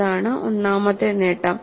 അതാണ് ഒന്നാമത്തെ നേട്ടം